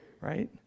right